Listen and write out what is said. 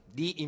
di